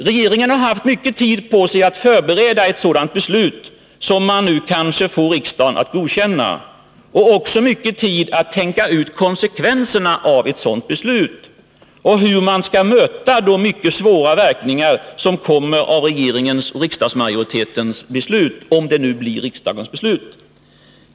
Regeringen har haft mycket tid på sig att förbereda ett sådant beslut, som man nu kanske får riksdagen att godkänna. Man har också haft mycket tid att tänka ut konsekvenserna av ett sådant beslut och hur man skall möta de mycket svåra verkningar som kommer av regeringens och riksdagsmajoritetens förslag — om detta nu blir riksdagens beslut.